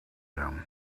them